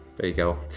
there you go.